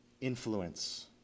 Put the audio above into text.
influence